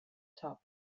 top